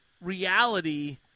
reality